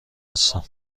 هستم